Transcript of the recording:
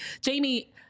Jamie